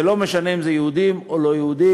זה לא משנה אם אלה יהודים או לא יהודים.